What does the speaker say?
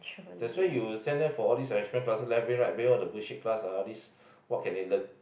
that's why you will send them for all this enrichment class left brain right brain all the bullshit class ah all this what can they learn